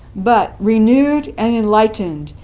but renewed and enlightened,